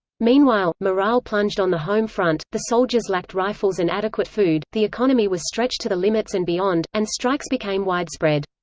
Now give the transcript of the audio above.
meanwhile, morale plunged on the home front, the soldiers lacked rifles and adequate food, the economy was stretched to the limits and beyond, and strikes became widespread.